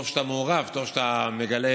טוב שאתה מעורב, טוב שאתה מגלה